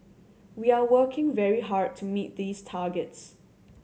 we are working very hard to meet these targets